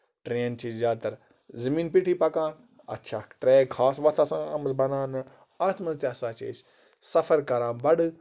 train چھِ زیادٕ تَر زٔمیٖن پیٚٹھی پَکان اَتھ چھُ اکھ ٹرٮ۪ک خاص وَتھ آسان آمٕژ بَناونہٕ اَتھ منٛز تہِ ہسا چھِ أسۍ سَفر کران بَڑٕ